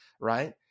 right